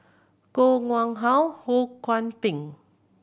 Koh Nguang How Ho Kwon Ping